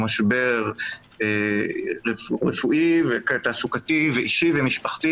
הוא משבר רפואי ותעסוקתי ואישי ומשפחתי